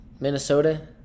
Minnesota